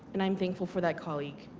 and i'm thankful for that colleague.